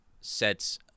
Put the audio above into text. sets